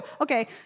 Okay